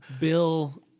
Bill